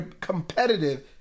competitive